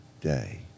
day